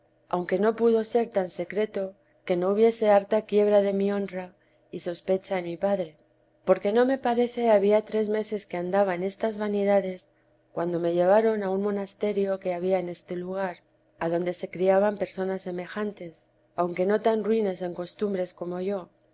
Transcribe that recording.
aunque no pudo ser tan secreto que no hubiese harta quiebra de mi honra y sospecha en mi padre porque no me parece había tres meses que andaba en estas vanidades cuando me llevaron a un monasterio que había en este lugar adonde se criaban personas semejantes aunque no tan ruines en costumbres como yo